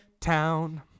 town